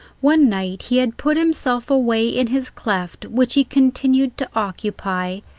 one night he had put himself away in his cleft, which he continued to occupy,